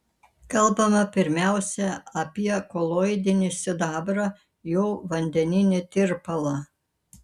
kalbama pirmiausia apie koloidinį sidabrą jo vandeninį tirpalą